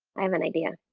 i have an idea.